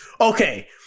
Okay